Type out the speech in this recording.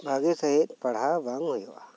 ᱵᱷᱟᱜᱤ ᱥᱟᱺᱦᱤᱡ ᱯᱟᱲᱦᱟᱣ ᱵᱟᱝ ᱦᱩᱭᱩᱜᱼᱟ